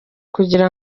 kugira